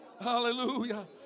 Hallelujah